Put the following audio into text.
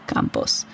Campos